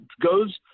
goes